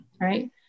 right